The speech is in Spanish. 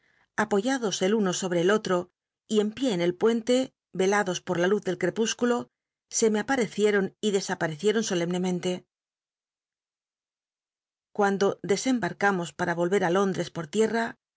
apoyados el uno sobre el otro y en pié en el puente ciados por la luz del crepúsculo se me aparecieron y desaparecieron solemnemente cuando desembarcamos para vohci á lóndes por tiena